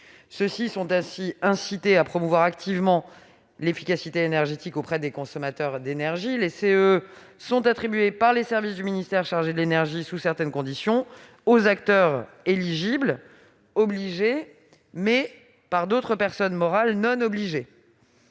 derniers sont ainsi incités à promouvoir activement l'efficacité énergétique auprès des consommateurs d'énergie. Les CEE sont attribués par les services du ministère chargé de l'énergie, sous certaines conditions, aux acteurs éligibles, « obligés » par d'autres personnes morales non obligées